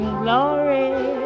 glory